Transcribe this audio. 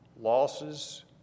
losses